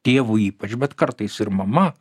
tėvu ypač bet kartais ir mama